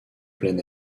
plein